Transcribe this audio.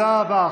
תודה רבה.